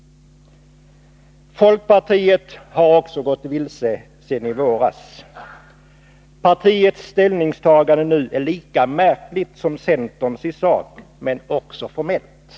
Folkpartiet har också gått vilse sedan i våras. Partiets ställningstagande nu är lika märkligt som centerns i sak, men också formellt.